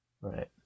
right